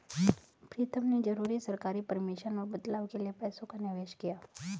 प्रीतम ने जरूरी सरकारी परमिशन और बदलाव के लिए पैसों का निवेश किया